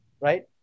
right